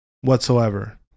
whatsoever